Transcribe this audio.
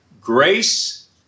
Grace